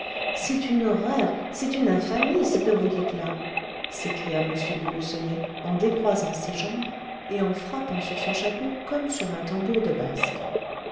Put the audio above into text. c'est une horreur c'est une infamie ce que vous dites là s'écria m de lucenay en décroisant ses jambes et en frappant sur son chapeau comme sur un tambour de basque